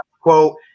quote